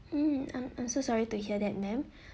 mm I'm I'm so sorry to hear that ma'am